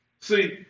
See